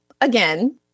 again